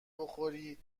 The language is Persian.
بخوری